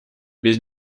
без